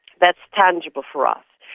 that's tangible for us.